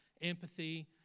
empathy